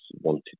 wanted